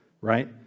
right